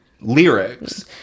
lyrics